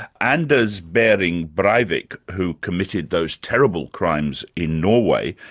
anders behring breivik, who committed those terrible crimes in norway,